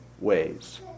ways